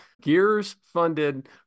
Gears-funded